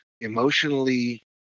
emotionally